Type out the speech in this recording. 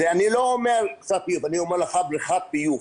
אני לא אומר לך, בריכת ביוב.